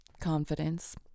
confidence